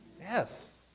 Yes